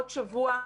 עוד שבוע,